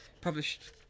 Published